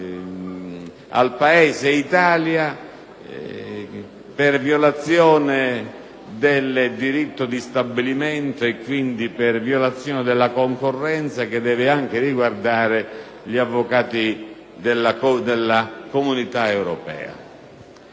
Paese per violazione del diritto di stabilimento e quindi per violazione della concorrenza, aspetto che deve riguardare anche gli avvocati della Comunità europea.